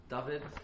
David